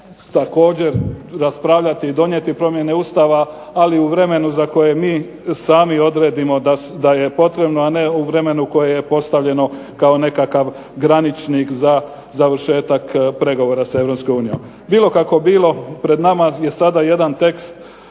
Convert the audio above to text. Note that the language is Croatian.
također raspravljati i donijeti promjene Ustava, ali u vremenu za koje mi sami odredimo da je potrebno, a ne u vremenu koje je postavljeno kao nekakav graničnik za završetak pregovora sa Europskom unijom. Bilo kako bilo, pred nama je sada jedan tekst